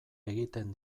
egiten